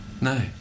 No